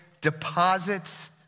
deposits